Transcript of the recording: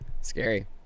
scary